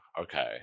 okay